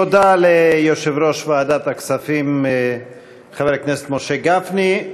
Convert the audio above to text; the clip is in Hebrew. תודה ליושב-ראש ועדת הכספים חבר הכנסת משה גפני.